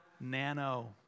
Nano